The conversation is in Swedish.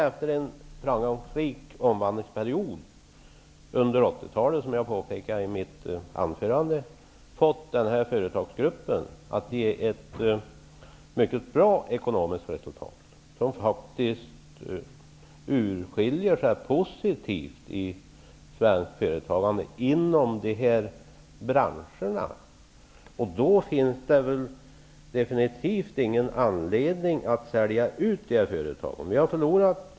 Efter en framgångsrik omvandlingsperiod under 80-talet har vi, som jag påpekade i mitt huvudanförande, fått den här företagsgruppen att ge ett mycket bra ekonomiskt resultat, som gör att den faktiskt skiljer sig positivt från övrigt svenskt företagande inom de aktuella branscherna. Då finns det definitivt ingen anledning att sälja ut företagen.